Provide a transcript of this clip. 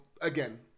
again